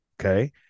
Okay